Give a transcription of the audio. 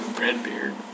Redbeard